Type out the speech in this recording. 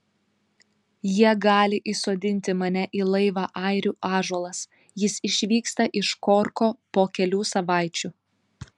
jie gali įsodinti mane į laivą airių ąžuolas jis išvyksta iš korko po kelių savaičių